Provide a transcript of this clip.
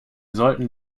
sollten